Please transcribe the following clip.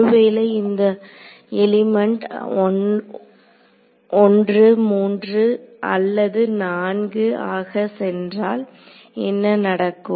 ஒருவேளை இந்த எலிமெண்ட் 1 3 அல்லது 4 ஆக சென்றால் என்ன நடக்கும்